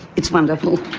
it's wonderful.